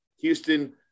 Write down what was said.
Houston